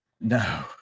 No